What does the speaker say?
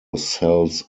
sells